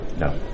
No